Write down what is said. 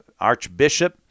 archbishop